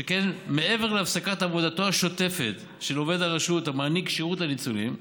שכן מעבר להפסקת עבודתו השוטפת של עובד הרשות המעניק שירות לניצולים,